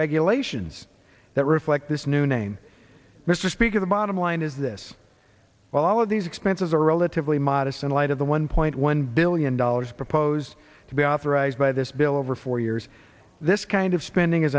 regulations that reflect this new name mr speaker the bottom line is this all of these expenses are relatively modest in light of the one point one billion dollars proposed to be authorized by this bill over four years this kind of spending is